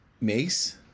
Mace